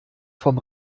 vom